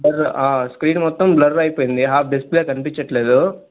blur ఆ screen మొత్తం blur అయిపోయింది హాఫ్ డిస్ప్లే కనిపించటం లేదు